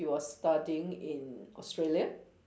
he was studying in Australia